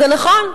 זה נכון.